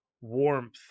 warmth